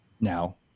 now